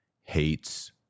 hates